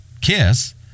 Kiss